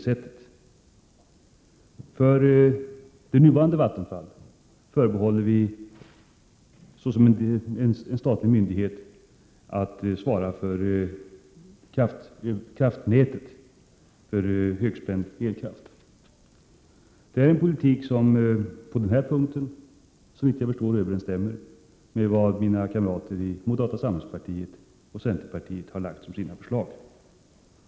Vi förbehåller nuvarande Vattenfall rätten att, såsom en statlig myndighet, svara för ledningsnätet för högspänd elkraft. Detta är en politik som, såvitt jag förstår, på denna punkt överensstämmer med vad mina kamrater i moderata samlingspartiet och centerpartiet har framfört i sina förslag.